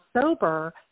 sober